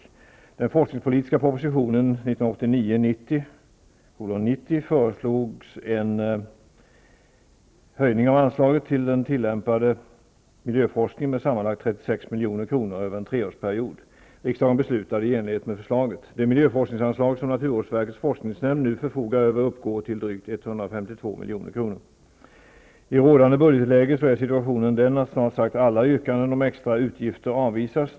I den forskningspolitiska propositionen 1989/90:90 föreslogs en höjning av anslaget till den tillämpade miljöforskningen med sammanlagt 36 milj.kr. över en treårsperiod. Riksdagen beslutade i enlighet med förslaget. Det miljöforskningsanslag som naturvårdsverkets forskningsnämnd nu förfogar över uppgår till drygt 152 milj.kr. I rådande budgetläge är situationen den att snart sagt alla yrkanden om extra utgifter avvisas.